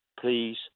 please